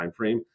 timeframe